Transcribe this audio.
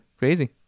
crazy